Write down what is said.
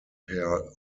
pair